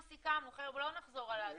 חבר'ה, לא נחזור על הדיון.